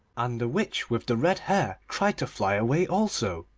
and the witch with the red hair tried to fly away also,